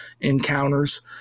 encounters